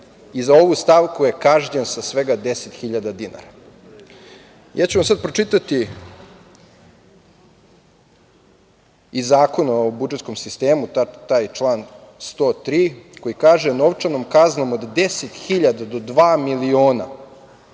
Za ovu stavku je kažnjen sa svega 10 hiljada dinara. Ja ću vam sada pročitati iz Zakona o budžetskom sistemu taj član 103. koji kaže - Novčanom kaznom od 10 hiljada do dva miliona